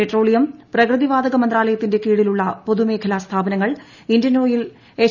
petroleum പ്രകൃതിവാതക മന്ത്രാലയത്തിന്റെ കീഴിലുള്ള പൊതുമേഖലാ സ്ഥാപനങ്ങൾ ഇന്ത്യൻ ഓയിൽ എച്ച്